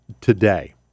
today